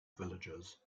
villagers